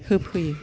होफैयो